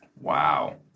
Wow